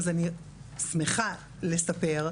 אז אני שמחה לספר,